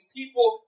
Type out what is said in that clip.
people